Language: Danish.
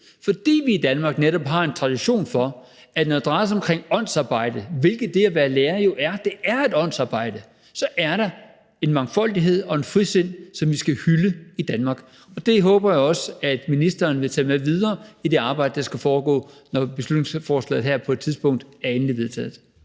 fordi vi i Danmark netop har en tradition for, at der, når det drejer sig om åndsarbejde – hvilket det at være lærer jo er; det er et åndsarbejde – så er en mangfoldighed og et frisind, som vi skal hylde i Danmark. Og det håber jeg også at ministeren vil tage med videre i det arbejde, der skal foregå, når beslutningsforslaget her på et tidspunkt er endeligt vedtaget.